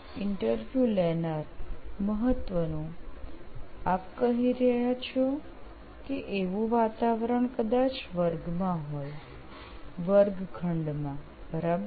interview લેનાર મહત્વનું આપ કહી રહ્યા છો કે એવું વાતાવરણ કદાચ વર્ગમાં હોય વર્ગખંડમાં બરાબર